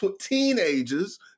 teenagers